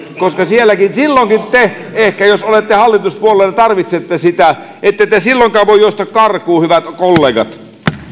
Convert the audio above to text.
koska silloinkin te ehkä jos olette hallituspuolueena tarvitsette sitä ette te silloinkaan voi juosta karkuun hyvät kollegat